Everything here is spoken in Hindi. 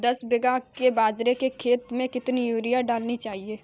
दस बीघा के बाजरे के खेत में कितनी यूरिया डालनी चाहिए?